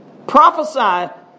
Prophesy